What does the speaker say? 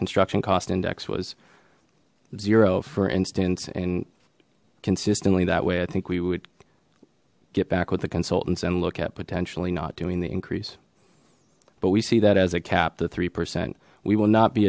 construction cost index was zero for instance and consistently that way i think we would get back with the consultants and look at potentially not doing the increase but we see that as a cap the three percent we will not be